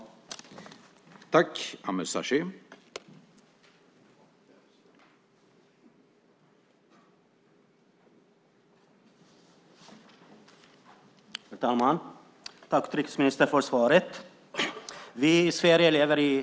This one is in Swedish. Då Monica Green, som framställt interpellation 2008 09:41 och Marie Granlund som framställt interpellation 2008/09:45 inte var närvarande i kammaren.